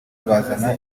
bazana